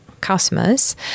customers